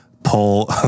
pull